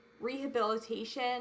rehabilitation